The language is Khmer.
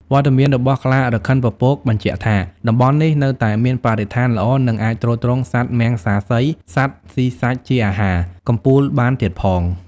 វត្តមានរបស់ខ្លារខិនពពកបញ្ជាក់ថា តំបន់នេះនៅតែមានបរិស្ថានល្អ និងអាចទ្រទ្រង់សត្វមំសាសី (សត្វស៊ីសាច់ជាអាហារ) កំពូលបានទៀតផង។